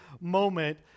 moment